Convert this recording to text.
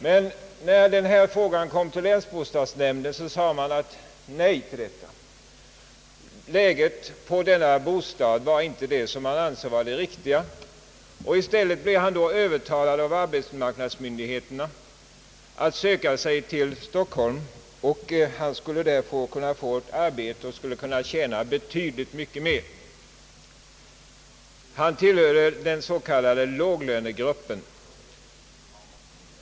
Men när hans ansökan kom upp i länsbostadsnämnden blev den avslagen. Man ansåg inte läget på hans bostad vara lämpligt. I stället blev han då övertalad av arbetsmarknadsmyndigheterna att söka sig till Stockholm, där han skulle kunna få ett arbete och tjäna betydligt mera, eftersom han tillhörde de s.k. låglönegrupperna.